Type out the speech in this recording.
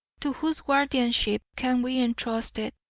to whose guardianship can we entrust it?